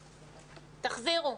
תחזירו.